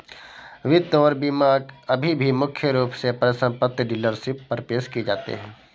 वित्त और बीमा अभी भी मुख्य रूप से परिसंपत्ति डीलरशिप पर पेश किए जाते हैं